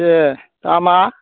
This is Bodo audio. ए दामा